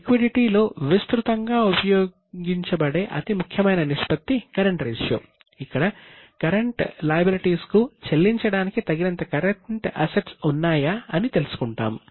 liquidity ఉన్నాయా అని తెలుసుకుంటాము